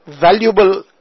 valuable